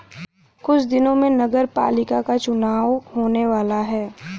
कुछ दिनों में नगरपालिका का चुनाव होने वाला है